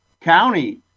County